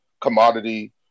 commodity